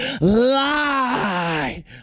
lie